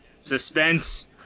suspense